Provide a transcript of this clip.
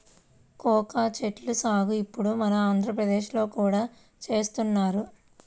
cocoa చెట్ల సాగు ఇప్పుడు మన ఆంధ్రప్రదేశ్ లో కూడా చేస్తున్నారు